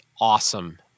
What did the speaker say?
awesome